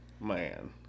Man